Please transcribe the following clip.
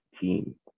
team